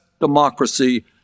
democracy